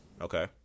Okay